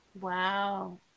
Wow